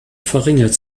verringert